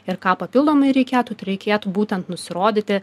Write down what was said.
ir ką papildomai reikėtų tai reikėtų būtent nusirodyti